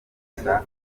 gusa